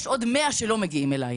יש עוד 100 שלא מגיעים אליי.